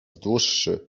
dłuższy